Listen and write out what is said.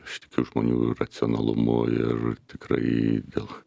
aš tikiu žmonių racionalumu ir tikrai dėl